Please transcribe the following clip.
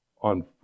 on